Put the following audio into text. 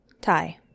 tie